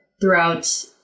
throughout